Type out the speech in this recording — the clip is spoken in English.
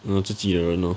ah 自己的人 hor